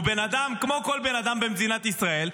הוא בן אדם כמו כל בן אדם במדינת ישראל,